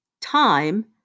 time